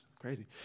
Crazy